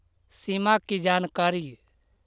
सिमा कि जानकारी?